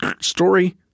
story